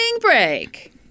break